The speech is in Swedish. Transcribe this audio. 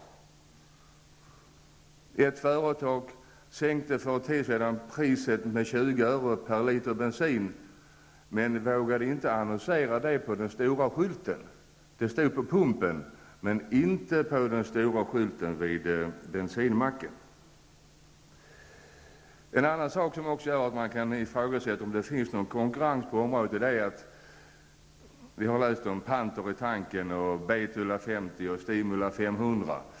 För en tid sedan sänkte ett företag priset på bensin med 20 öre per liter. Men man vågade inte annonsera om det på den stora skylt som fanns vid bensinmacken. Det var bara på bensinpumpen som man kunde läsa om prissänkningen. En annan sak som gör att man kan ifrågasätta om det finns någon konkurrens på det här området är det som man har kunnat läsa om på olika ställen. Jag tänker då på sådant som en tiger i tanken, Betula 50 och Stimula 500.